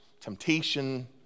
temptation